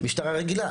משטרה רגילה.